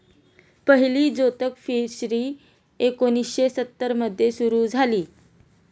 पहिली जोतक फिशरी एकोणीशे सत्तर मध्ये सुरू झाली